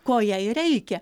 ko jai reikia